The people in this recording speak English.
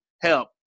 Help